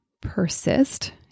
persist